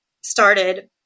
started